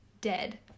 dead